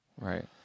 Right